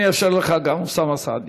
אני אאפשר לך גם, אוסאמה סעדי.